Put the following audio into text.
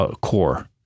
Core